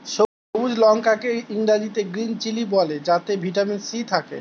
সবুজ লঙ্কা কে ইংরেজিতে গ্রীন চিলি বলে যাতে ভিটামিন সি থাকে